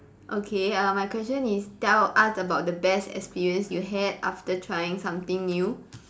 okay uh my question is tell us about the best experience you had after trying something new